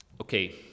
Okay